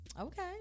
Okay